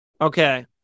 Okay